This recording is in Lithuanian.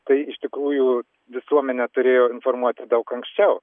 tai iš tikrųjų visuomenę turėjo informuoti daug anksčiau